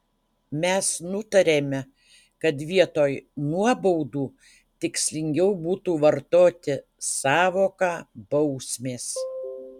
mes nutarėme kad vietoj nuobaudų tikslingiau būtų vartoti sąvoką bausmės